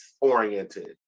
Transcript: oriented